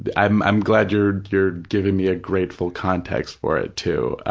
but i'm i'm glad you're you're giving me a grateful context for it, too.